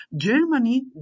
Germany